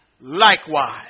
likewise